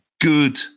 good